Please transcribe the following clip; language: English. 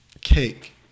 cake